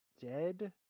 dead